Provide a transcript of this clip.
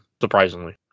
surprisingly